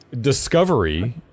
Discovery